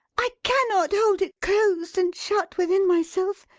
i cannot hold it closed and shut within myself.